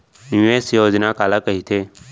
निवेश योजना काला कहिथे?